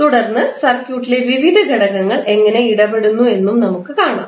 തുടർന്ന് സർക്യൂട്ടിലെ വിവിധ ഘടകങ്ങൾ എങ്ങനെ ഇടപെടുന്നു എന്നും നമുക്ക് കാണാം